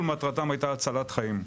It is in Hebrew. כל מטרתם הייתה הצלת חיים.